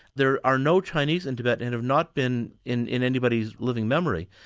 there are no chinese in tibet and have not been in in anybody's living memory.